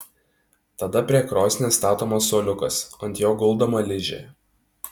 tada prie krosnies statomas suoliukas ant jo guldoma ližė